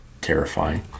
terrifying